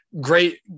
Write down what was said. great